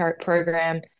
program